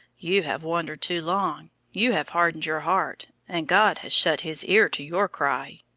you have wandered too long, you have hardened your heart, and god has shut his ear to your cry!